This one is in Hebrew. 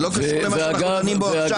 זה לא קשור למה שאנחנו דנים בו עכשיו.